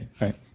right